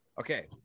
Okay